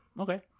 okay